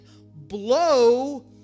blow